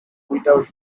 without